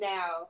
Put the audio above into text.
Now